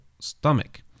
stomach